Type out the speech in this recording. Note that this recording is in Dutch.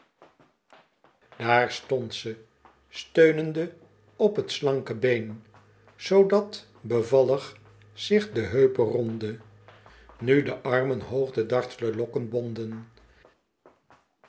daar stond ze steunende op het slanke been zoo dat bevallig zich de heupe rondde nu de armen hoog de dartle lokken bonden